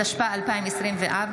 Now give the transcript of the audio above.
התשפ"ה 2024,